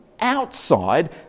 outside